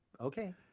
Okay